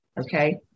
okay